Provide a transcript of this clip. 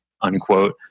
unquote